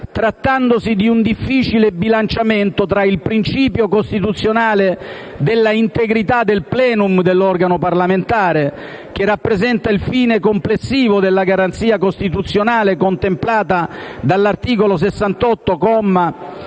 trattandosi di un difficile bilanciamento fra il principio costituzionale dell'integrità del *plenum* dell'organo parlamentare - che rappresenta il fine complessivo della garanzia costituzionale contemplata dall'articolo 68,